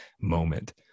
moment